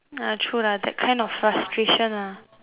ah true lah that kind of frustration lah